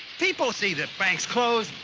people see that banks close,